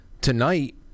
tonight